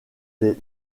des